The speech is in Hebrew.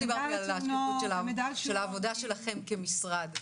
לא דברתי על השקיפות של העבודה שלכם כמשרד.